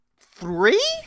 Three